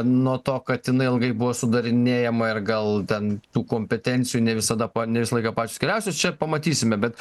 nuo to kad jinai ilgai buvo sudarinėjama ir gal ten tų kompetencijų ne visada pa ne visą laiką pačios geriausios čia pamatysime bet